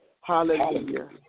Hallelujah